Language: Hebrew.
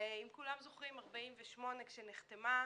ואם כולם זוכרים ב-1948 כשהיא נחתמה,